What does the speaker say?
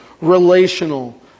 relational